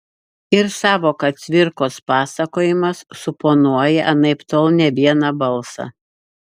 ir sąvoka cvirkos pasakojimas suponuoja anaiptol ne vieną balsą